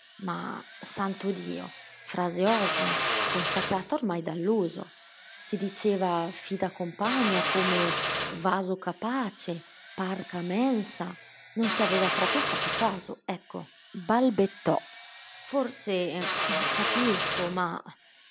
ma santo dio frase ovvia consacrata ormai dall'uso si diceva fida compagna come vaso capace parca mensa non ci aveva proprio fatto caso ecco balbettò forse capisco ma